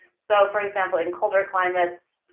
so, for example, in colder climates,